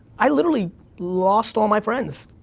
i literally lost all my friends.